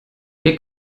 ihr